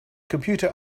computer